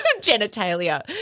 genitalia